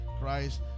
Christ